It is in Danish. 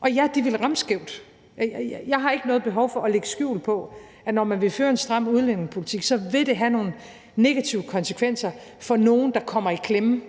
Og ja, de vil ramme skævt. Jeg har ikke noget behov for at lægge skjul på, at når man vil føre en stram udlændingepolitik, vil det have nogle negative konsekvenser for nogle, der kommer i klemme,